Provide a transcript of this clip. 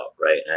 right